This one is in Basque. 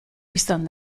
bistan